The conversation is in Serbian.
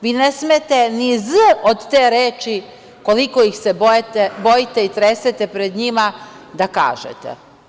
Vi ne smete ni „z“ od te reči, koliko ih se bojite i tresete pred njima, da kažete.